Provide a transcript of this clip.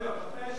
תודה רבה.